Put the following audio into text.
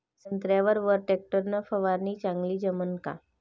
संत्र्यावर वर टॅक्टर न फवारनी चांगली जमन का?